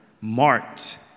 marked